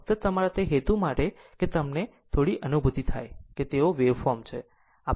ફક્ત તમારા તે હેતુ માટે કે તમને થોડી અનુભૂતિ થાય કે તેઓ વેવફોર્મ છે